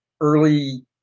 early